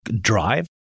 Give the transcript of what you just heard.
drive